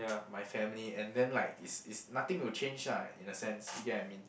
my family and then like is is nothing to change ah in the sense you get what I mean